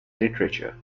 literature